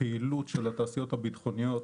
הפעילות של התעשיות הביטחוניות